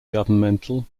governmental